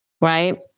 right